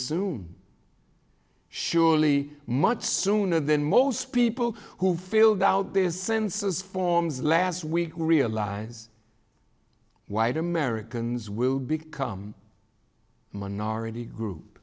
soon surely much sooner than most people who filled out their census forms last we realize white americans will become minority group